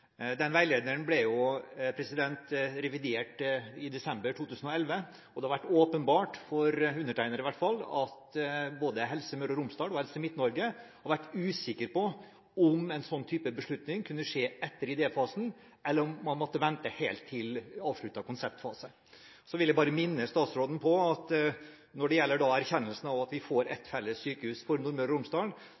Veilederen ble revidert i desember 2011, og det har vært åpenbart – i hvert fall for undertegnede – at både Helse Møre og Romsdal og Helse Midt-Norge har vært usikre på om en slik beslutning kunne skje etter idéfasen, eller om man måtte vente helt til avsluttet konseptfase. Når det gjelder erkjennelsen av at vi får ett felles sykehus for Nordmøre og Romsdal, vil jeg bare minne statsråden om at det skjedde på grunnlag av at